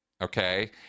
okay